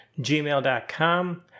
gmail.com